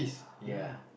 ya